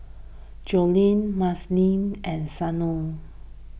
Jolene Madisyn and Santo